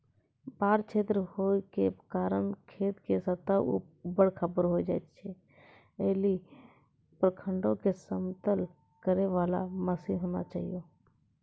बाढ़ क्षेत्र होय के कारण खेत के सतह ऊबड़ खाबड़ होय जाए छैय, ऐ लेली प्रखंडों मे समतल करे वाला मसीन होना चाहिए?